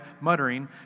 muttering